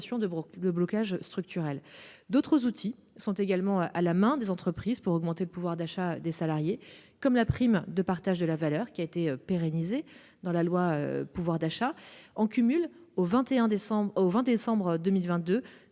de blocage structurel. D'autres outils sont également à la main des entreprises pour augmenter le pouvoir d'achat des salariés. Ainsi, la prime de partage de la valeur (PPV) a été pérennisée dans la loi du 16 août 2022 portant mesures